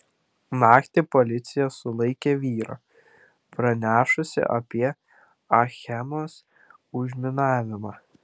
naktį policija sulaikė vyrą pranešusį apie achemos užminavimą